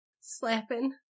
slapping